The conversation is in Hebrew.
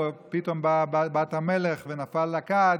פתאום באה בת המלך ונפל לה כד,